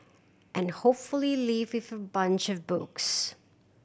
and hopefully leave with a bunch of books